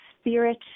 spirit